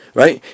right